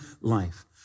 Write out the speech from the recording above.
life